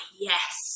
yes